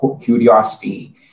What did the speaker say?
curiosity